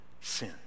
sin